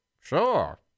Sure